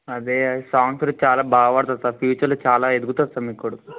అదే సాంగ్స్ కూడా చాలా బాగా పాడతాడు సార్ ఫ్యూచర్లో చాలా ఎదుగుతాడు సార్ మీ కొడుకు